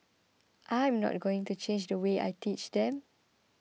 I'm not going to change the way I teach them